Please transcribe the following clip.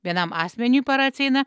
vienam asmeniui para atsieina